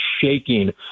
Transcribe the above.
shaking